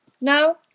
no